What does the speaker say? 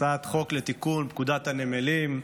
הצעת חוק לתיקון פקודת הנמלים,